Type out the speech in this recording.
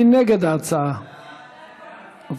מי נגד הצעת האי-אמון?